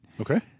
Okay